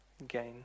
again